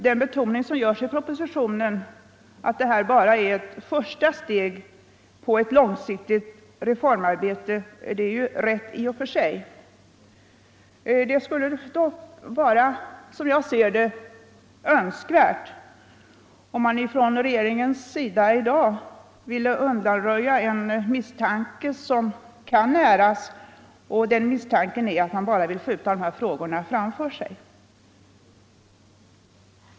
Den betoning som görs i propositionen av att det här bara är ett första steg i ett långsiktigt reformarbete är rätt i och för sig. Som jag ser det vore det dock önskvärt om man från regeringens sida i dag ville undanröja en misstanke som kan näras, nämligen att man bara vill skjuta dessa frågor framför sig.